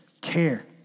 care